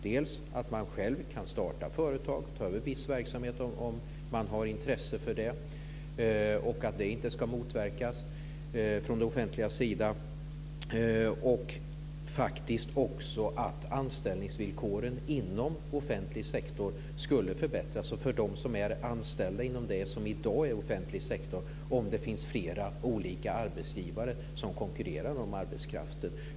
De kan själva starta företag och ta över viss verksamhet om de har intresse för det, och det ska inte motverkas från det offentligas sida. Anställningsvillkoren skulle också förbättras för dem som är anställda inom det som i dag är offentlig sektor om det finns flera olika arbetsgivare som konkurrerar om arbetskraften.